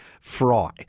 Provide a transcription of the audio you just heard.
fry